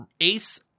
ACE